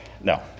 no